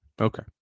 Okay